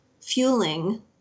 fueling